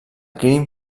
crim